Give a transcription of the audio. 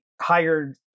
hired